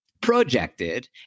projected